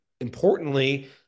importantly